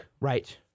right